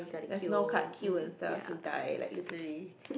there's no cut queue and stuff you'll die like literally